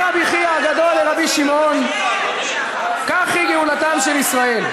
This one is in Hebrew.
אמר רבי חייא הגדול לרבי שמעון: כך היא גאולתם של ישראל.